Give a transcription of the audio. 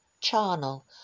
charnel